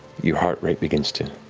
your heart rate begins to